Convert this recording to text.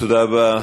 תודה רבה,